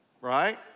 right